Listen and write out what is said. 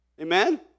Amen